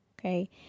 okay